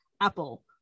apple